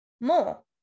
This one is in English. more